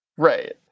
Right